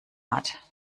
hat